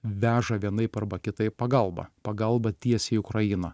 veža vienaip arba kitaip pagalbą pagalbą tiesiai į ukrainą